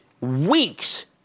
weeks